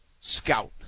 scout